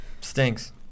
Stinks